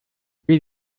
wir